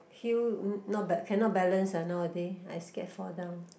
heel not bad cannot balance ah nowaday I scared fall down